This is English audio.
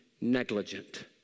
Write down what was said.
negligent